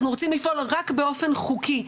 אנחנו רוצים לפעול רק באופן חוקי.